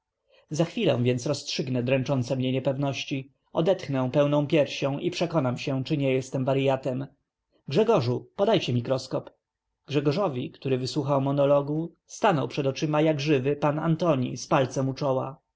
za chwilę więc roztrzygnę dręczące mnie niepewności odetchnę pełną piersią i przekonam się czy nie jestem waryatem grzegorzu podajcie mikroskop grzegorzowi który wysłuchał monologu stanął przed oczami jak żywy pan antoni z palcem u czoła